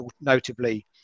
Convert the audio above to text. notably